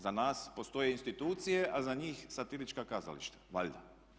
Za nas postoje institucije a za njih satirička kazališta, valjda.